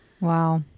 wow